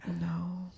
no